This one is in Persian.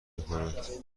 میکند